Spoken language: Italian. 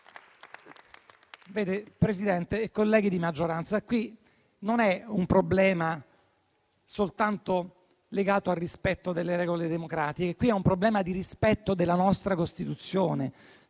Presidente, colleghi di maggioranza, non è un problema legato soltanto al rispetto delle regole democratiche. È un problema di rispetto della nostra Costituzione,